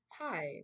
hi